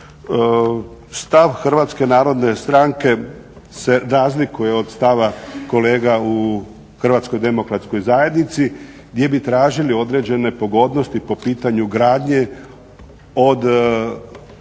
Stav Hrvatske narodne stranke se razlikuje od stava kolega u Hrvatskoj demokratskoj zajednici gdje bi tražili određene pogodnosti po pitanju gradnje od pitanje od